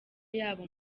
yabo